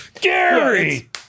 Gary